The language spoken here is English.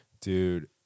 Dude